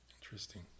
Interesting